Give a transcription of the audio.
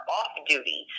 off-duty